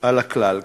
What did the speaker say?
על הכלל.